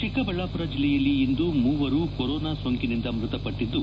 ಚಿಕ್ಕಬಳ್ಳಾಪುರ ಜಿಲ್ಲೆಯಲ್ಲಿ ಇಂದು ಮೂವರು ಕೊರೊನಾ ಸೋಂಕಿನಿಂದ ಮೃತಪಟ್ಟದ್ದು